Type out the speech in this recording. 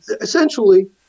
essentially